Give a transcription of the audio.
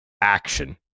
action